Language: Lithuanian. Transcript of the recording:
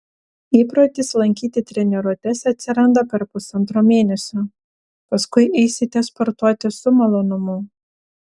įprotis lankyti treniruotes atsiranda per pusantro mėnesio paskui eisite sportuoti su malonumu